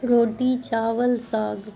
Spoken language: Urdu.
روٹی چاول ساگ